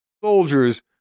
soldiers